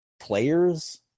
players